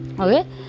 Okay